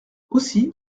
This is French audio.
aussi